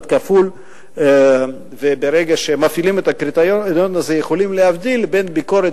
לכך, בוודאי אין סיבה